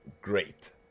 great